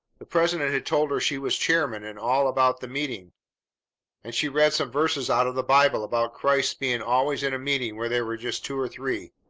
the president had told her she was chairman, and all about the meeting and she read some verses out of the bible about christ's being always in a meeting where there were just two or three,